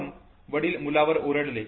प्रथम वडिल मुलावर ओरडले